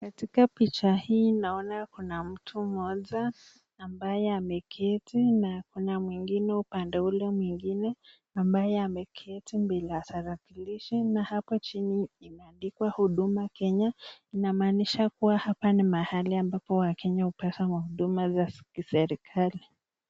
Katika piacha hii naona kuna mtu moja ambaye ameketi na kuna mwingine upande ule mwengine ambaye ameketi mbele ya tarakilishi, na hapo chini kimeandikwa huduma kenya, inamaanisha kuwa hapa ni mahali wakenya upata huduma za serekali.